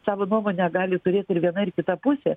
savo nuomonę gali turėti ir viena ar kita pusė